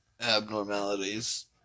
Abnormalities